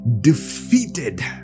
defeated